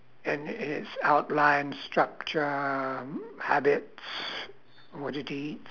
and its outline structure habits what it eats